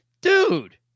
Dude